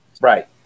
Right